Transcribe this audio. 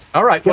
all right. yeah